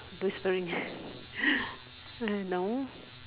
whispering hey no